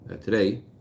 today